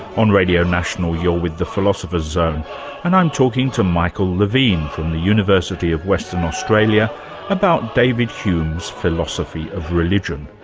on radio national you're with the philosopher's zone and i'm talking to michael levine from the university of western australia about david hume's philosophy of religion.